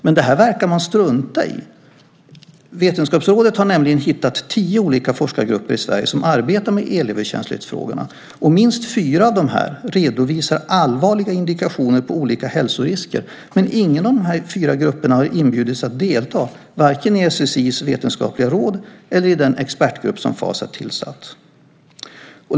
Men det verkar man strunta i. Vetenskapsrådet har nämligen hittat tio olika forskargrupper i Sverige som arbetar med elöverkänslighetsfrågor, och minst fyra av dem redovisar allvarliga indikationer på olika hälsorisker. Men ingen av de här fyra grupperna har inbjudits att delta, varken i SSI:s vetenskapliga råd eller i den expertgrupp som FAS har tillsatt.